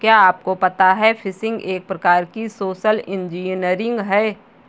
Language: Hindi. क्या आपको पता है फ़िशिंग एक प्रकार की सोशल इंजीनियरिंग है?